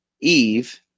eve